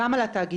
גם על התאגידים,